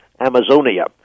Amazonia